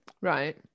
right